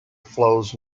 flows